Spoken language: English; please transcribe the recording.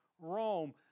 Rome